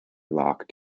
locked